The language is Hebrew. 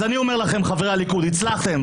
אז חברי הליכוד, הצלחתם.